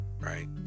right